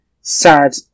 sad